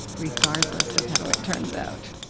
regardless of how it turns out.